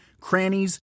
crannies